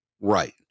Right